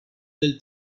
del